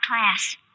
class